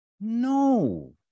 No